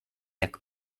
jak